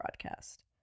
broadcast